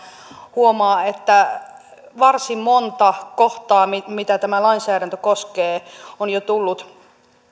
huomaa että varsin monta kohtaa mitä tämä lainsäädäntö koskee on jo tullut